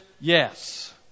yes